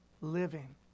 living